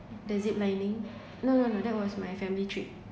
the zip lining no no no that was my family trip